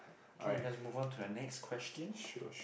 okay let's move on to the next question